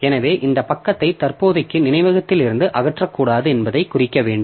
எனவே இந்த பக்கத்தை தற்போதைக்கு நினைவகத்திலிருந்து அகற்றக்கூடாது என்பதை குறிக்க வேண்டும்